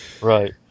Right